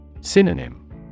Synonym